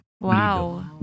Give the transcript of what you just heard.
Wow